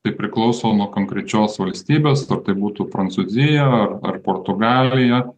tai priklauso nuo konkrečios valstybės ar tai būtų prancūzija ar portugalija